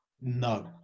No